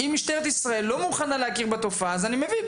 אם משטרת ישראל לא מוכנה להכיר בתופעה אז אני מבין.